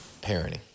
Parenting